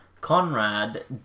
Conrad